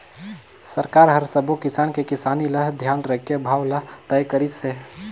सरकार हर सबो किसान के किसानी ल धियान राखके भाव ल तय करिस हे